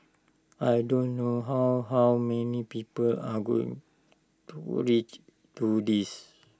I do not know how how many people are going to to this